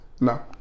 No